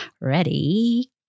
Ready